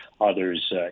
others